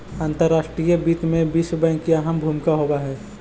अंतर्राष्ट्रीय वित्त में विश्व बैंक की अहम भूमिका होवअ हई